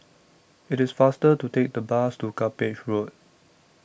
IT IS faster to Take The Bus to Cuppage Road